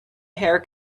hair